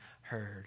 heard